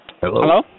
Hello